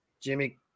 Jimmy